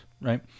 right